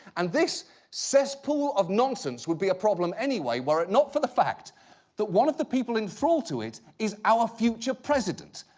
and this cesspool of nonsense would be a problem anyway were it not for the fact that one of the people in thrall to it is our future president.